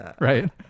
right